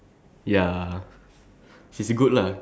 ah ya ya ya good eh this one